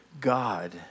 God